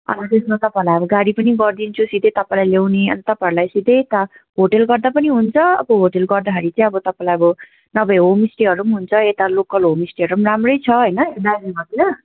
अन्त त्यसमा तपाईँहरूलाई अब हामी गाडी पनि गरिदिन्छु सिधै तपाईँलाई ल्याउने अन्त तपाईँहरूलाई सिधै यता होटल गर्दा पनि हुन्छ अब होटल गर्दाखेरि चाहिँ अब तपाईँलाई अब नभए होमस्टेहरू पनि हुन्छ यता लोकल होमस्टेहरू पनि राम्रै छ होइन दार्जिलिङहरूतिर